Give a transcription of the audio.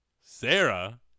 Sarah